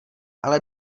ale